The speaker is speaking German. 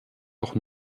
auch